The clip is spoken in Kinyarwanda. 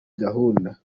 gahunda